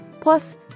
Plus